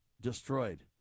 destroyed